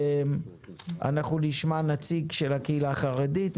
נשמע נציג קהילה חרדית,